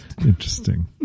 Interesting